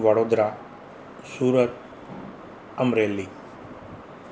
Vadodara Surat Amreli